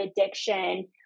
addiction